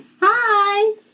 Hi